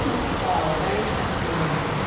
peaceful, very centering.